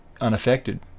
unaffected